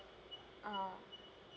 ah